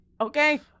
Okay